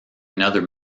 another